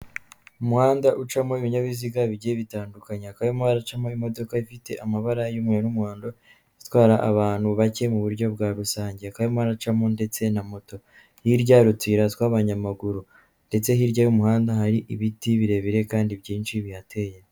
Umuhanda ucamo ibinyabiziga bigiye bitandukanye, hakaba harimo haracamo imodoka ifite amabara y'umweru n'umuhondo itwara abantu bake mu buryo bwa rusange, hakaba harimo haracamo ndetse na moto, hirya hari utuyira tw'abanyamaguru, ndetse hirya y'umuhanda hari ibiti birebire kandi byinshi bihateye.